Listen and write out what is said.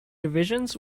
divisions